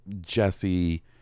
Jesse